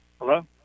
Hello